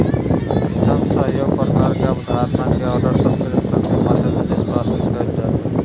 जन सहइोग प्रकार के अबधारणा के आर्डर सब्सक्रिप्शन के माध्यम से निष्पादित कइल जा हइ